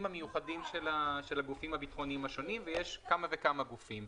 המיוחדים של הגופים הביטחוניים השונים ויש כמה וכמה גופים.